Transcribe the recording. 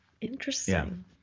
Interesting